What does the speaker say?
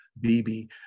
BB